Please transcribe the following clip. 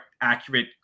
accurate